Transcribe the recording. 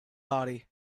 body